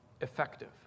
effective